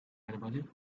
anybody